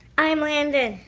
i'm landon.